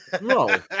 No